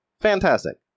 Fantastic